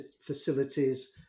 facilities